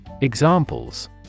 Examples